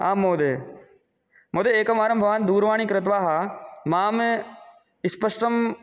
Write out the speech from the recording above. आं महोदय महोदय एकवारं भवान् दूरवाणी कृत्वा मां स्पष्टं